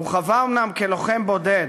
הוא חווה אומנם כלוחם בודד,